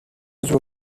usual